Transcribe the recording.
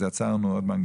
אז יצרנו עוד מנגנון,